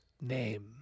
name